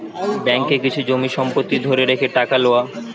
ব্যাঙ্ককে কিছু জমি সম্পত্তি ধরে রেখে টাকা লওয়া